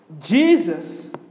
Jesus